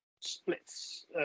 splits